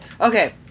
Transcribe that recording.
Okay